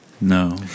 No